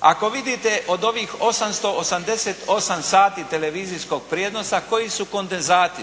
Ako vidite od ovih 888 sati televizijskog prijenosa koji su kondenzati,